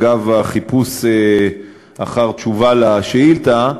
אגב החיפוש אחר תשובה על השאילתה,